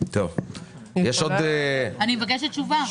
אני מבקשת תשובה.